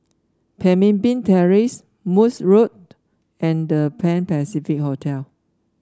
Pemimpin Terrace Morse Road and The Pan Pacific Hotel